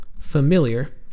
familiar